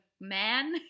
man